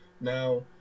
Now